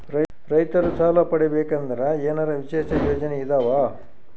ರೈತರು ಸಾಲ ಪಡಿಬೇಕಂದರ ಏನರ ವಿಶೇಷ ಯೋಜನೆ ಇದಾವ?